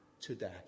today